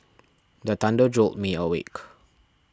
the thunder jolt me awake